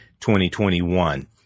2021